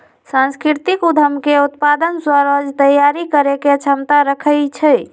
सांस्कृतिक उद्यम के उत्पाद राजस्व तइयारी करेके क्षमता रखइ छै